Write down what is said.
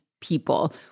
people